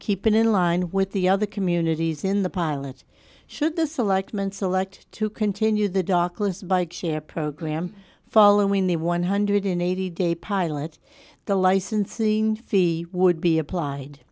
keeping in line with the other communities in the pilot should the selectmen select to continue the docklands bike share program following the one hundred eighty day pilot the licensing fee would be applied